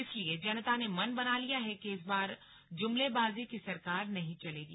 इसलिए जनता ने मन बना लिया है कि इस बार जुमलेबाजी की सरकार नहीं चलेगी